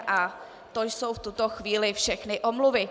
A to jsou v tuto chvíli všechny omluvy.